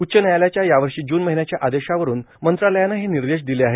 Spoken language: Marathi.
उच्च न्यायालयाच्या यावर्षी जून महिन्याच्या आदेशावरून मंत्रालयानं हे निर्देश दिले आहेत